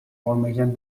formation